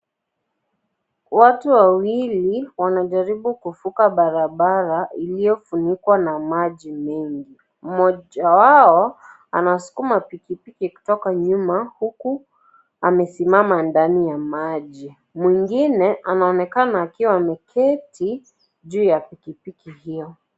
Watu wawili wanajaribu kuvuka barabara ilio funikwa na maji mengi. Moja wao anaskuma pikipiki kutoka nyuma huku amesimama ndani ya maji. Mwingine, anaonekana akiwa ameketi juu ya pikipiki hio.